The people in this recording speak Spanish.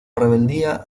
rebeldía